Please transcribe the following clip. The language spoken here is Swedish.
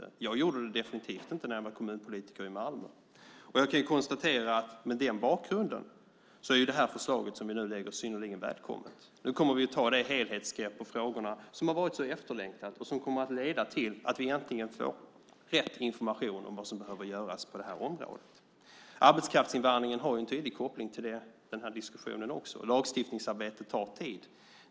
Jag gjorde det definitivt inte när jag var kommunpolitiker i Malmö. Jag kan konstatera att med den bakgrunden är det förslag vi lägger fram synnerligen välkommet. Nu kommer vi att ta det helhetsgrepp på frågorna som har varit så efterlängtat och kommer att leda till att vi äntligen får rätt information om vad som behöver göras på området. Arbetskraftsinvandringen har en tydlig koppling till diskussionen. Lagstiftningsarbetet tar tid.